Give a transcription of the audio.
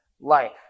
life